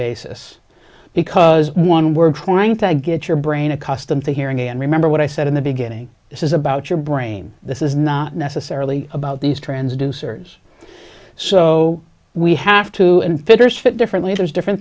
basis because one we're trying to get your brain accustomed to hearing and remember what i said in the beginning this is about your brain this is not necessarily about these trends do searches so we have to and figures fit differently those different